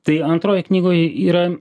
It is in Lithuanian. tai antroj knygoj yra